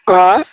हा